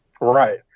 Right